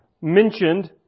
mentioned